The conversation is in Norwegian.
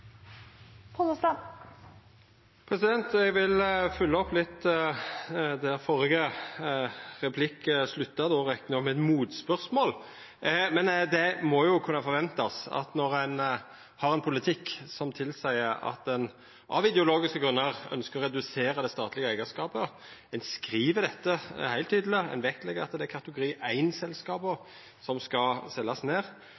nasjonalisere. Eg vil følgja opp litt der førre replikk slutta – då rett nok med eit motspørsmål. Men det må jo kunna forventast – når ein har ein politikk som tilseier at ein av ideologiske grunnar ønskjer å redusera det statlege eigarskapet, ein skriv dette heilt tydeleg, ein vektlegg at det er kategori 1-selskap som skal seljast ned – at ein